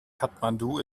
kathmandu